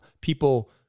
people